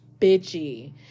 bitchy